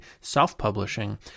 self-publishing